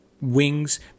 wings